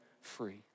free